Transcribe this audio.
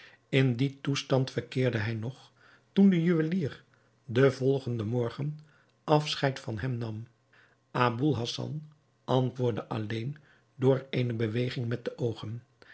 in dien toestand verkeerde hij nog toen de juwelier den volgenden morgen afscheid van hem nam aboul hassan antwoordde alleen door eene beweging met de oogen